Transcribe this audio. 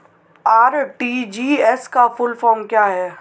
RTGS का full form क्या है?